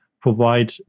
provide